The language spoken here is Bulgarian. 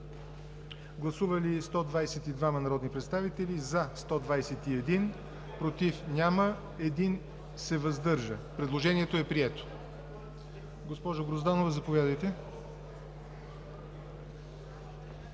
Гласували 122 народни представители: за 121, против няма, въздържал се 1. Предложението е прието. Госпожо Грозданова, заповядайте.